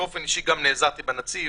באופן אישי גם נעזרתי בנציב,